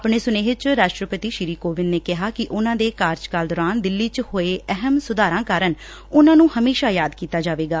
ਆਪਣੇ ਸੁਨੇਹੇ ਚ ਰਾਸਟਰਪਤੀ ਸ੍ਰੀ ਕੋਵਿੰਦ ਨੇ ਕਿਹਾ ਕਿ ਉਨ੍ਹਾਂ ਦੇ ਕਾਰਜਕਾਲ ਦੌਰਾਨ ਦਿੱਲੀ ਵਿਚ ਹੋਏ ਅਹਿਮ ਸੁਧਾਰਾ ਕਾਰਨ ਉਨ੍ਹਾ ਨੂੰ ਹਮੇਸ਼ਾ ਯਾਦ ਕੀਤਾ ਜਾਵੇਗਾ